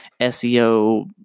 seo